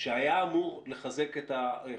ר המיטות או את היכולת